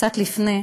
קצת לפני,